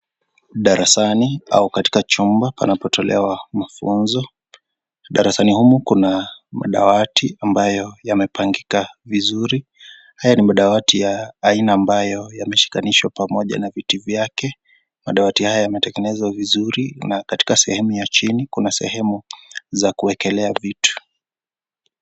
Darasani au katika chumba panapotolewa mafunzo, darasani humo kuna madawati ambayo yamepangika vizuri haya ni madawati ya aina ambayo yameshikanishwa pamoja na viti vyake madawati hawa yametengenezwa vizuri na katika sehemu ya chini kuna sehemu za kuekelea vitu.